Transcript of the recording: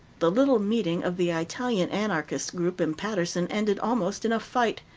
the little meeting of the italian anarchist group in paterson ended almost in a fight.